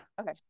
okay